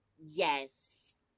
Yes